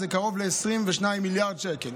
קרוב ל-22 מיליארד שקל.